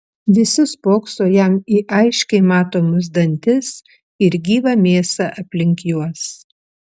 visi spokso jam į aiškiai matomus dantis ir gyvą mėsą aplink juos